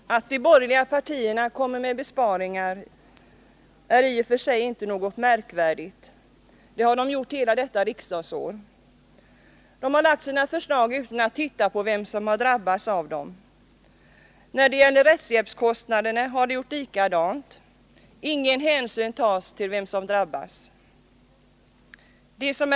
Att de borgerliga partierna lägger fram förslag till besparingar är i och för siginte något märkvärdigt; det har de gjort under hela detta riksdagsår. Men de har lagt fram sina förslag utan att ta reda på vilka som drabbas. Så är det t.ex. i fråga om anslaget till rättshjälpskostnader. Man tar ingen hänsyn till dem som drabbas av det.